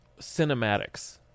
cinematics